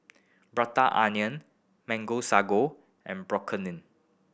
Prata Onion Mango Sago and